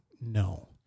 no